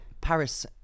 Paris